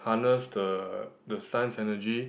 harness the the sun's energy